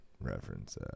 reference